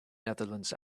netherlands